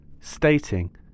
stating